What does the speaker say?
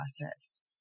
process